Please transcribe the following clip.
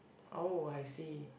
oh I see